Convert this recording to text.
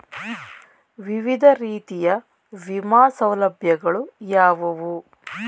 ವಿವಿಧ ರೀತಿಯ ವಿಮಾ ಸೌಲಭ್ಯಗಳು ಯಾವುವು?